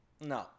No